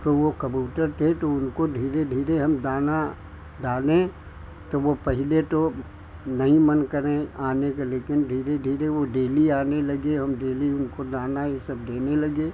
तो वह कबूतर थे तो उनको धीरे धीरे हम दाना डालें तो वह पहले तो नहीं मन करें आने का लेकिन धीरे धीरे वह डेली आने लगे हम डेली उनको दाना यह सब देने लगे